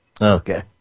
Okay